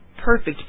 perfect